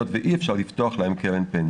הארץ אפשר לנגוס עוד ועוד ותוך חצי שנה הקרן נעלמת